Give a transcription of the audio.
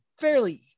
fairly